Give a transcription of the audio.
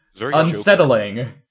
unsettling